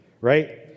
right